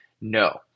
No